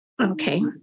Okay